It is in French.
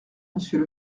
monsieur